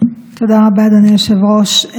תודה רבה, אדוני היושב-ראש.